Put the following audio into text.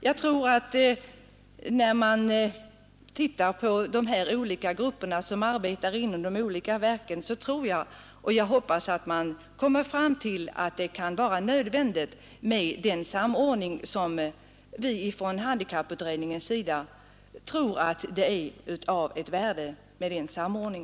Jag hoppas att man, när man ser på de olika grupper som arbetar inom de olika verken, skall komma fram till att det är nödvändigt med en sådan samordning som vi från handikapputredningens sida föreslagit.